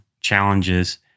challenges